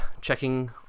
checking